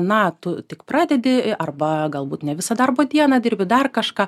na tu tik pradedi arba galbūt ne visą darbo dieną dirbi dar kažką